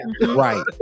right